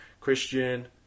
Christian